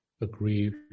agree